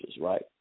right